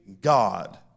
God